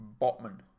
Botman